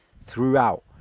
throughout